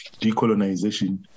decolonization